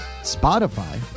Spotify